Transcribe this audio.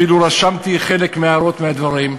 אפילו רשמתי חלק מההערות, מהדברים,